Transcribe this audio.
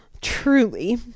Truly